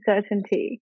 certainty